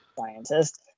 scientist